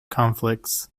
conflicts